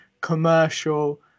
commercial